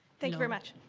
thank you very much.